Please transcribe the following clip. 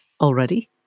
already